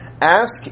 Ask